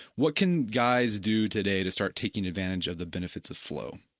what can guys do today to start taking advantage of the benefits of flow?